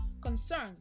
concerns